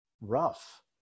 rough